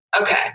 Okay